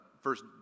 first